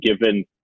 given